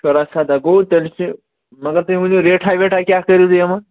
شُراہ سداہ گوٚو تیٚلہِ چھِ مگر تُہۍ ؤنِو ریٹھاہ ویٹھاہ کیٛاہ کٔرِو تُہۍ یِمَن